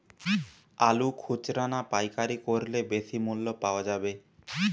আলু খুচরা না পাইকারি করলে বেশি মূল্য পাওয়া যাবে?